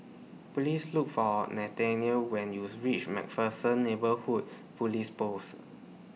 Please Look For Nathanial when YOU REACH MacPherson Neighbourhood Police Post